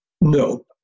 No